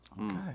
Okay